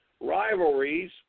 Rivalries